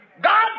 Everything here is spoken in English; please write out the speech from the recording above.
God